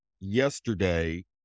yesterday